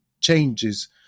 changes